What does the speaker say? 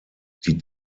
die